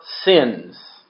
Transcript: sins